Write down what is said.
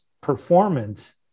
performance